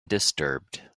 disturbed